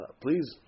please